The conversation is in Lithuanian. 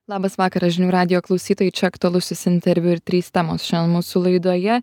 labas vakaras žinių radijo klausytojai čia aktualusis interviu ir trys temos šiandien mūsų laidoje